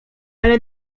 ale